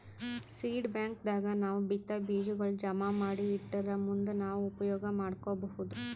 seed bank ದಾಗ್ ನಾವ್ ಬಿತ್ತಾ ಬೀಜಾಗೋಳ್ ಜಮಾ ಮಾಡಿ ಇಟ್ಟರ್ ಮುಂದ್ ನಾವ್ ಉಪಯೋಗ್ ಮಾಡ್ಕೊಬಹುದ್